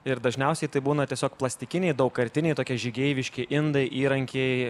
ir dažniausiai tai būna tiesiog plastikiniai daugkartiniai tokie žygeiviški indai įrankiai